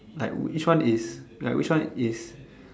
like which one is like which one is